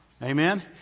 Amen